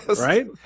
Right